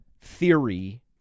theory